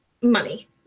money